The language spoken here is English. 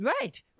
Right